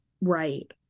right